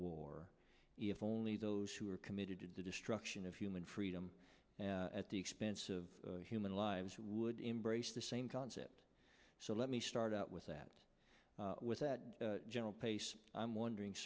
war if only those who are committed to destruction of human freedom at the expense of human lives would embrace the same concept so let me start out with that with that general pace i'm wondering